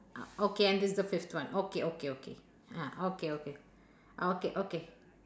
okay and this is the fifth one okay okay okay ya okay okay okay okay